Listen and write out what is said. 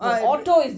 uh